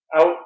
out